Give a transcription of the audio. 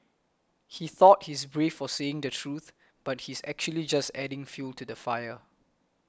he thought he's brave for saying the truth but he's actually just adding fuel to the fire